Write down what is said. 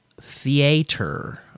theater